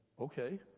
Okay